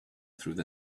through